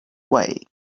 way